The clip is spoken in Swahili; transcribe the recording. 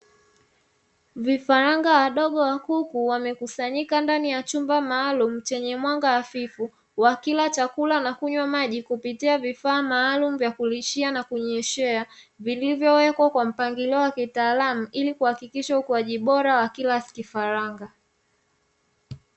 Vifaranga wadogo wa kuku wamekusanyika ndani ya chumba maalumu, chenye mwanga hafifu, wa kila chakula na kunywa maji kupitia vifaa maalumu vya kulishia na kunyeshea, vilivyowekwa kwa mpangilio wa kitaalamu ili kuhakikisha ukuaji bora wa kila kifaranga.